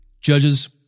Judges